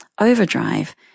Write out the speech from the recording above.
overdrive